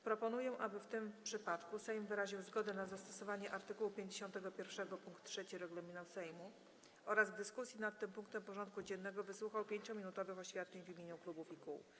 Proponuję, aby w tym przypadku Sejm wyraził zgodę na zastosowanie art. 51 pkt 3 regulaminu Sejmu oraz w dyskusji nad tym punktem porządku dziennego wysłuchał 5-minutowych oświadczeń w imieniu klubów i kół.